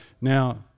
now